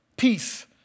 Peace